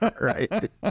Right